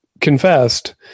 confessed